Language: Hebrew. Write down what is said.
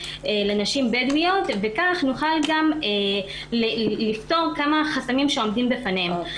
בדואיות וכך נוכל לפתור כמה חסמים שעומדים בפנינו.